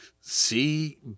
see